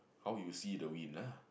how you see the wind lah